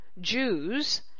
Jews